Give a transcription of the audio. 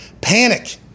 panic